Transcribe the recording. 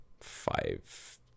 five